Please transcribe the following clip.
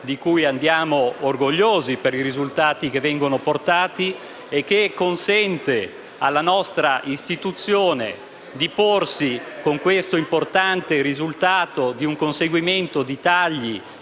di cui andiamo orgogliosi per i risultati portati, che consente alla nostra Istituzione di porsi con l'importante risultato di un conseguimento di tagli